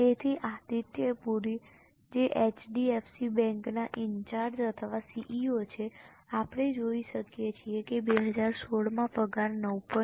તેથી આદિત્ય પુરી જે એચડીએફસી બેંકના ઈન્ચાર્જ અથવા સીઈઓ છે આપણે જોઈ શકીએ છીએ કે 2016માં પગાર 9